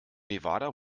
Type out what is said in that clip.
nevada